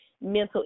mental